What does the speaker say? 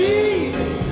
Jesus